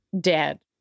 Dead